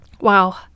Wow